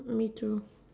me too